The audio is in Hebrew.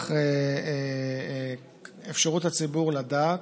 לצורך אפשרות הציבור לדעת,